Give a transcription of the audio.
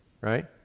Right